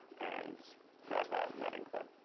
and grab that wedding clip.